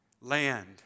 land